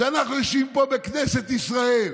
שאנחנו יושבים פה בכנסת ישראל